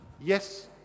yes